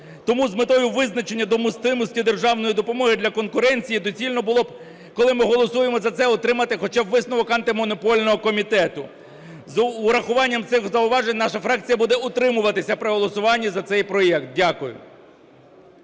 Тому з метою визначення допустимості державної допомоги для конкуренції доцільно було б, коли ми голосуємо за це, отримати хоча б висновок Антимонопольного комітету. З урахуванням цих зауважень наша фракція буде утримуватися при голосуванні за цей проект. Дякую.